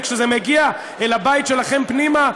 וכשזה מגיע אל הבית שלכם פנימה,